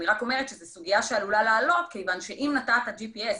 אני רק אומרת שזו סוגיה שעלולה לעלות כיוון שאם נתת GPS,